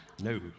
No